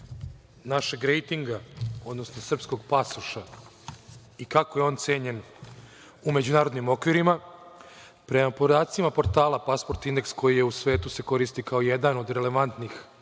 našeg rejtinga, odnosno srpskog pasoša i kako je on cenjen u međunarodnim okvirima. Prema podacima portala Passport index, koji se u svetu koristi kao jedan od relevantnih